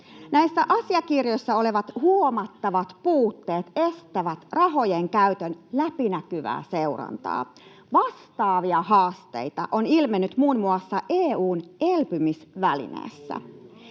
Näissä asiakirjoissa olevat huomattavat puutteet estävät rahojen käytön läpinäkyvää seurantaa. Vastaavia haasteita on ilmennyt muun muassa EU:n elpymisvälineessä.